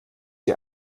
ihr